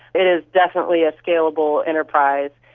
it is definitely a scalable enterprise.